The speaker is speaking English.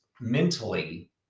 mentally